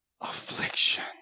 affliction